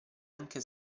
anche